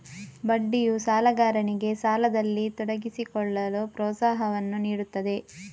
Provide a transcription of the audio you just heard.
ಬಡ್ಡಿಯು ಸಾಲಗಾರನಿಗೆ ಸಾಲದಲ್ಲಿ ತೊಡಗಿಸಿಕೊಳ್ಳಲು ಪ್ರೋತ್ಸಾಹವನ್ನು ನೀಡುತ್ತದೆ